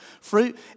fruit